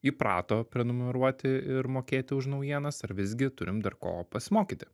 įprato prenumeruoti ir mokėti už naujienas ar visgi turim dar ko pasimokyti